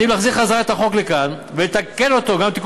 נחזיר את החוק לכאן, נתקן אותו גם בסדר